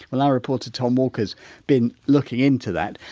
well our reporter tom walker's been looking into that.